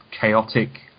chaotic